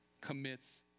commits